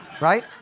Right